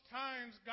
times